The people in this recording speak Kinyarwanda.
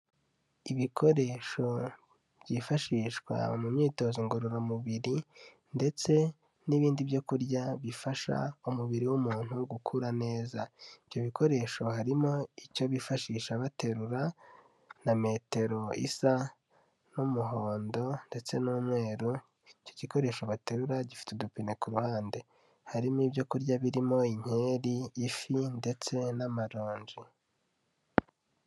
Ibikoresho byifashishwa mu myitozo ngororamubiri ndetse n'ibindi byo kurya bifasha umubiri w'umuntu gukura neza, ibyo bikoresho harimo icyo bifashisha baterura na metero isa n'umuhondo ndetse n'umweru, icyo gikoresho baterura gifite udupine ku ruhande, harimo ibyo kurya birimo inkeri, ifi ndetse n'amaronji.